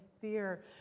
fear